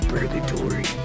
Purgatory